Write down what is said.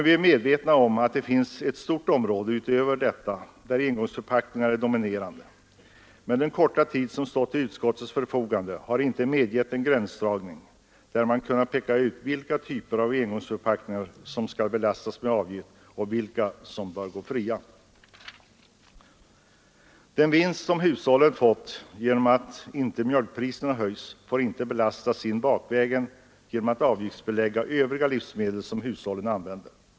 Vi är medvetna om att det finns ett stort område utöver detta där engångsförpackningarna är dominerande, men den korta tid som stått till utskottets förfogande har inte medgett en gränsdragning, där man kunnat peka ut vilka typer av engångsförpackningar som skall belastas med avgift och vilka som bör gå fria. Den vinst som hushållen fått genom att mjölkpriserna inte höjts får inte återkrävas bakvägen genom att man avgiftsbelägger övriga livsmedel som hushållen använder.